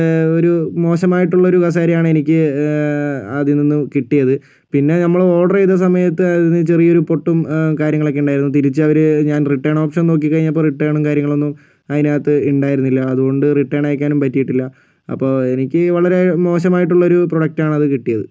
ഒരു മോശമായിട്ടുള്ളൊരു കസേരയാണെനിക്ക് അതിൽനിന്ന് കിട്ടിയത് പിന്നെ നമ്മൾ ഓർഡർ ചെയ്ത് സമയത്ത് അത് ചെറിയൊരു പൊട്ടും കാര്യങ്ങളൊക്കെ ഉണ്ടായിരുന്നു തിരിച്ചവർ ഞാൻ റിട്ടേൺ ഓപ്ഷൻ നോക്കിക്കഴിഞ്ഞപ്പോൾ റിട്ടേണും കാര്യങ്ങളൊന്നും അതിനകത്ത് ഉണ്ടായിരുന്നില്ല അതുകൊണ്ട് റിട്ടേൺ അയക്കാനും പറ്റിയിട്ടില്ല അപ്പോൾ എനിക്ക് വളരെ മോശമായിട്ടുള്ളൊരു പ്രോഡക്റ്റാണത് കിട്ടിയത്